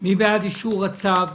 מי בעד אישור הצו?